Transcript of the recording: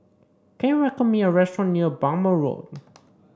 can you recommend me a restaurant near Bhamo Road